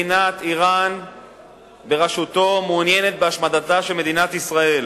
שמדינת אירן בראשותו מעוניינת בהשמדתה של מדינת ישראל.